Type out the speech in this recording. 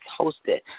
hosted